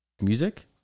music